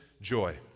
joy